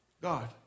God